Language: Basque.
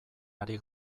ari